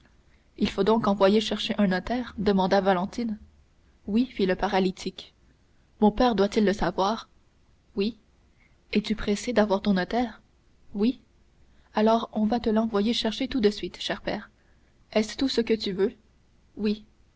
il faut donc envoyer chercher un notaire demanda valentine oui fit le paralytique mon père doit-il le savoir oui es-tu pressé d'avoir ton notaire oui alors on va te l'envoyer chercher tout de suite cher père est-ce tout ce que tu veux oui